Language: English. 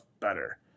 better